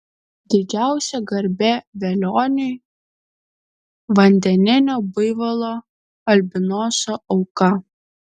didžiausia garbė velioniui vandeninio buivolo albinoso auka